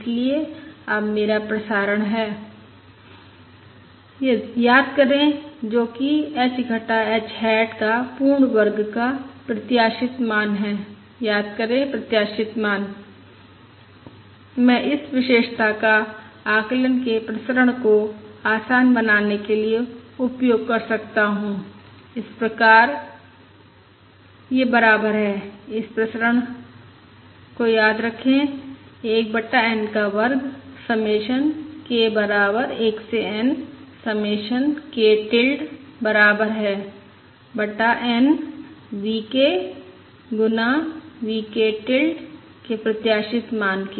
इसलिए अब मेरा प्रसरण है याद करें जो कि h घटा h हैट का पूर्ण वर्ग का प्रत्याशित मान है याद करें प्रत्याशित मान मैं इस विशेषता का आकलन के प्रसरण को आसान बनाने के लिए उपयोग कर सकता हूं इस प्रकार यह बराबर है इस प्रसरण याद रखें 1 बटा N का वर्ग समेशन k बराबर 1 से N समेशन k टिल्ड बराबर है 1 बटा N V k गुना V k टिल्ड के प्रत्याशित मान के